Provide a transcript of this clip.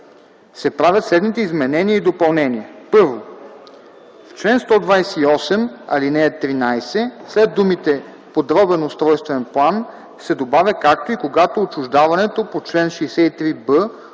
правят следните изменения и допълнения: 1. В чл. 128, ал. 13 след думите „подробен устройствен план” се добавят „както и когато отчуждаването по чл. 63б от